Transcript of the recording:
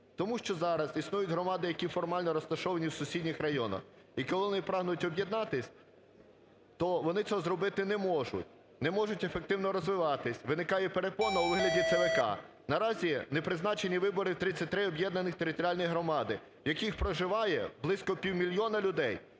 Тому що зараз існують громади, які формально розташовані в сусідніх районах. І коли вони прагнуть об'єднатися, то вони цього зробити не можуть, не можуть ефективно розвиватися, виникає перепона у вигляді ЦВК. Наразі не призначені вибори 33 об'єднані територіальні громади, в яких проживає близько півмільйона людей.